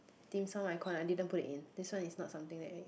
dimsum icon I didn't put it in this one is not something that I